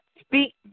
speak